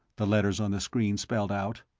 the letters on the screen spelled out.